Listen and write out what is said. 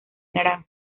naranjas